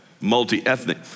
multi-ethnic